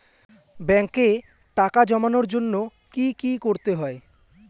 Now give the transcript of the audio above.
ব্যাংকে টাকা জমানোর জন্য কি কি করতে হয়?